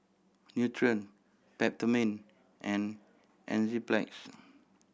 Nutren Peptamen and Enzyplex